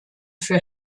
für